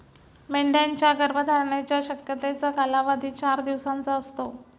मेंढ्यांच्या गर्भधारणेच्या शक्यतेचा कालावधी चार दिवसांचा असतो